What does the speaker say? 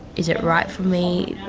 is it right for me